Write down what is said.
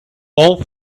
all